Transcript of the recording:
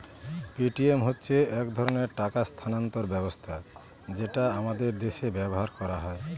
Paytm হচ্ছে এক ধরনের টাকা স্থানান্তর ব্যবস্থা যেটা আমাদের দেশে ব্যবহার করা হয়